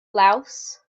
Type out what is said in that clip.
laos